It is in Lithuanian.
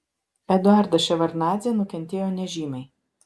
eduardas ševardnadzė nukentėjo nežymiai